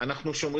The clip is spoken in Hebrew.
יש לי